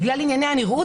בגלל ענייני הנראות,